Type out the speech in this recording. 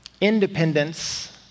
Independence